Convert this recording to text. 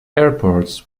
airports